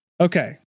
Okay